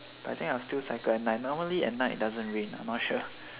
I think I'll still cycle at night normally at night doesn't rain lah not sure